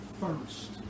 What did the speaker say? first